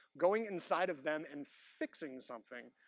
going inside of them, and fixing something.